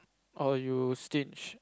or you sting